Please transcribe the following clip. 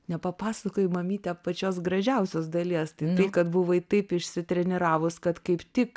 nepapasakojai mamyte pačios gražiausios dalies tai tai kad buvai taip išsitreniravus kad kaip tik